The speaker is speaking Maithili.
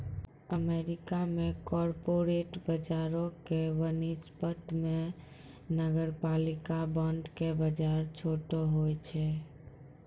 अमेरिका मे कॉर्पोरेट बजारो के वनिस्पत मे नगरपालिका बांड के बजार छोटो होय छै